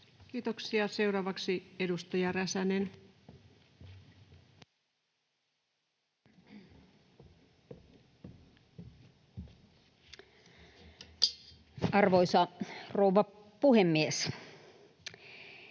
Kiitoksia. — Seuraavaksi edustaja Räsänen. Arvoisa rouva puhemies!